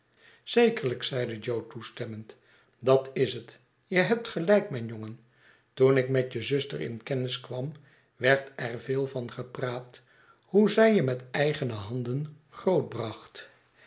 zekerlijk zeide jo toestemmend dat is het je hebt gelijk mijn jongen toen ik met je zuster in kennis kwam werd er veel van gepraat hoe zij je met eigene handen